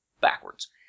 backwards